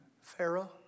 Pharaoh